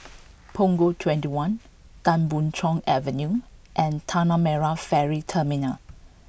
Punggol twenty one Tan Boon Chong Avenue and Tanah Merah Ferry Terminal